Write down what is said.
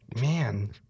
Man